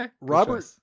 Robert